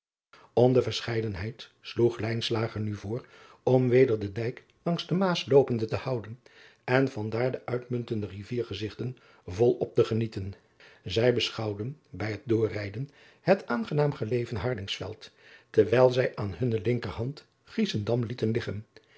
de verscheidenheid sloeg nu voor om weder den dijk langs de aas loopende te houden en van daar de uitmuntende riviergezigten volop te genieten ij beschouwden bij het doorrijden het aangenaam gelegen ardinksveld terwijl zij aan hunne linkerhand iesendam lieten liggen